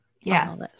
yes